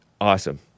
awesome